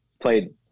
played